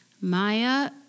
Maya